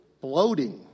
bloating